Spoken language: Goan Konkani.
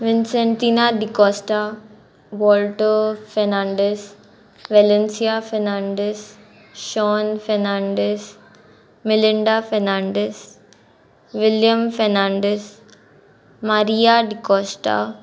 विनसेन्टिना डिकोस्टा बोल्टो फेर्नांडीस वेलेन्सिया फेर्नांडीस शॉन फेर्नांडीस मिलिंडा फेर्नांडीस विल्यम फेर्नांडीस मारिया डिकोस्टा